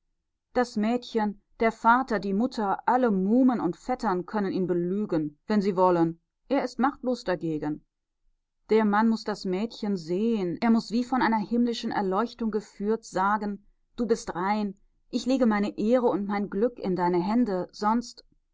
das mädchen der vater die mutter alle muhmen und vettern können ihn belügen wenn sie wollen er ist machtlos dagegen der mann muß das mädchen sehen er muß wie von einer himmlischen erleuchtung geführt sagen du bist rein ich lege meine ehre und mein glück in deine hände sonst